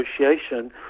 negotiation